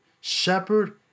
shepherd